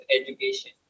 education